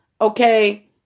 okay